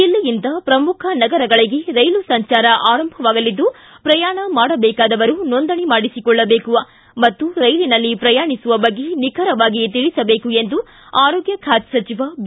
ದಿಲ್ಲಿಯಿಂದ ಪ್ರಮುಖ ನಗರಗಳಿಗೆ ರೈಲು ಸಂಜಾರ ಆರಂಭವಾಗಲಿದ್ದು ಪ್ರಯಾಣ ಮಾಡಬೇಕಾದವರು ನೋಂದಣಿ ಮಾಡಿಸಿಕೊಳ್ಳಬೇಕು ಮತ್ತು ರೈಲಿನಲ್ಲಿ ಪ್ರಯಾಣಿಸುವ ಬಗ್ಗೆ ನಿಖರವಾಗಿ ತಿಳಿಸಬೇಕು ಎಂದು ಆರೋಗ್ಯ ಖಾತೆ ಸಚಿವ ಬಿ